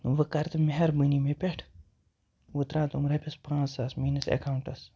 وٕ کَرٕ تہٕ مہربٲنی مےٚ پٮ۪ٹھ وٕ ترٛاو تہٕ یِم رۄپیَس پانٛژھ ساس میٲنِس اٮ۪کاونٛٹَس